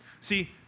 See